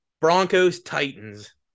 Broncos-Titans